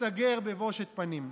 שתיסגר בבושת פנים.